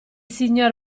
signor